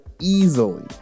easily